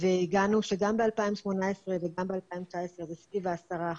והגענו שגם ב-2018 וגם ב-2019 זה סביב ה-10%,